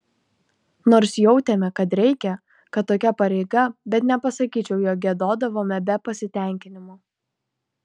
nors jautėme kad reikia kad tokia pareiga bet nepasakyčiau jog giedodavome be pasitenkinimo